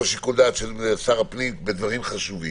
שיקול דעת של שר הפנים בדברים חשובים,